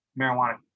marijuana